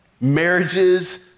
marriages